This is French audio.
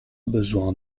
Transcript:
besoin